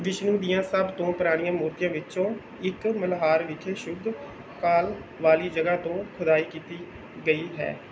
ਵਿਸ਼ਨੂੰ ਦੀਆਂ ਸਭ ਤੋਂ ਪੁਰਾਣੀਆਂ ਮੂਰਤੀਆਂ ਵਿੱਚੋਂ ਇੱਕ ਮਲਹਾਰ ਵਿਖੇ ਸ਼ੁੱਧ ਕਾਲ ਵਾਲੀ ਜਗ੍ਹਾ ਤੋਂ ਖੁਦਾਈ ਕੀਤੀ ਗਈ ਹੈ